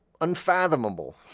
unfathomable